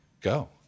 go